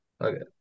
Okay